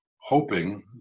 hoping